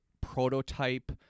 prototype